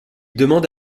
demande